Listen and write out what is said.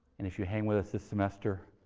if you hang with us this semester,